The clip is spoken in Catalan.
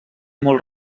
molt